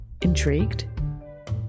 Intrigued